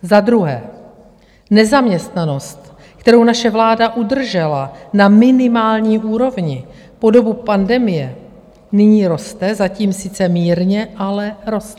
Za druhé nezaměstnanost, kterou naše vláda udržela na minimální úrovni po dobu pandemie, nyní roste, zatím sice mírně, ale roste.